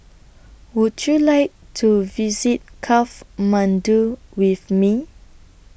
Would YOU like to visit Kathmandu with Me